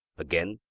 again,